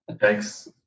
Thanks